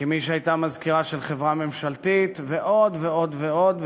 כמי שהייתה מזכירה של חברה ממשלתית ועוד ועוד ועוד,